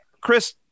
Chris